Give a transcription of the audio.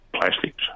plastics